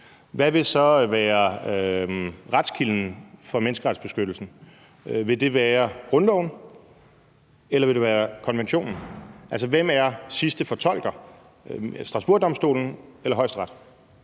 hvad vil så være retskilden for menneskerettighedsbeskyttelsen? Vil det være grundloven, eller vil det være konventionen? Altså, hvem er sidste fortolker: Strasbourgdomstolen eller Højesteret?